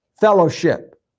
fellowship